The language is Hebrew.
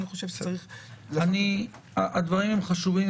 אני חושב שצריך --- הדברים הם חשובים,